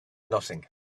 nothing